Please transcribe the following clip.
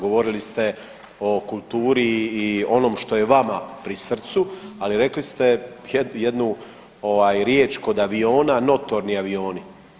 Govorili ste o kulturi i onom što je vama pri srcu, ali rekli ste jednu riječ kod aviona, notorni avioni.